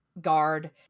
guard